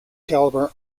caliber